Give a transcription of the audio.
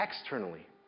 externally